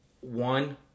one